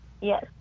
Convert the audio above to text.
Yes